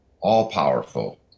all-powerful